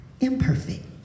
imperfect